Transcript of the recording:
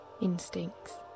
instincts